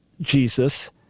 Jesus